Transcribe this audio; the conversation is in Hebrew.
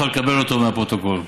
תוכל לקבל אותו מהפרוטוקול.